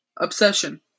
Obsession